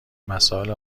مسائل